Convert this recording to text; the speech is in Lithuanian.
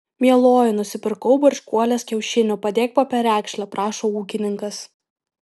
mieloji nusipirkau barškuolės kiaušinių padėk po perekšle prašo ūkininkas